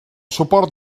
suport